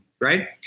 right